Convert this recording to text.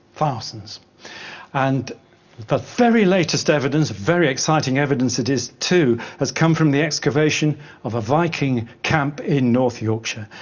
thousands and the very latest evidence, and very exciting evidence it is too, has come from the excavation of a viking camp in north yorkshire,